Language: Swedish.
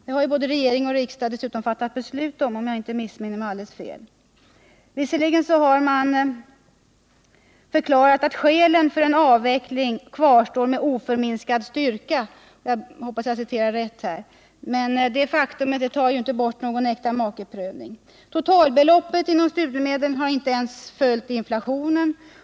Den har dessutom — ifall jag inte missminner mig helt — både regering och riksdag fattat beslut om. Visserligen har man förklarat att skälen för en avveckling kvarstår med oförminskad styrka — jag hoppas att jag citerar riktigt här — men bara detta faktum tar ju inte bort någon äktamakeprövning. Totalbeloppet inom studiemedlen har inte ens följt inflationen.